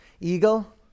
eagle